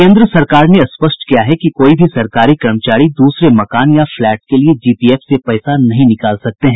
केंद्र सरकार ने स्पष्ट किया है कि कोई भी सरकारी कर्मचारी दूसरे मकान या फ्लैट के लिये जीपीएफ से पैसा नहीं निकाल सकते हैं